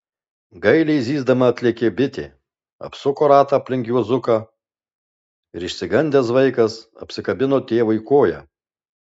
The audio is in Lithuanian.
gailiai zyzdama atlėkė bitė apsuko ratą aplink juozuką ir išsigandęs vaikas apsikabino tėvui koją